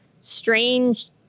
strange